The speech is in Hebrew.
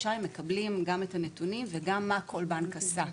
חודשיים מקבלים את הנתונים וגם מה כל בנק עשה,